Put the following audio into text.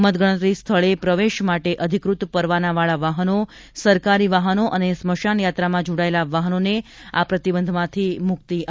મત ગણતરી સ્થળે પ્રવેશ માટે અધિકૃત પરવાનાવાળા વાહનો સરકારી વાહનો અને સ્મશાન યાત્રામાં જોડાયેલા વાહનોને આ પ્રતિબંધમાંથી મુક્તિ અપાઇ છે